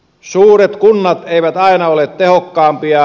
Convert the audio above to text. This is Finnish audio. suuret kunnat eivät aina ole tehokkaampia